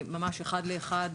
ממש אחד לאחד,